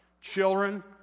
Children